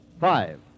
Five